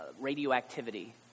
radioactivity